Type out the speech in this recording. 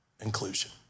inclusion